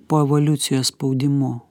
po evoliucijos spaudimu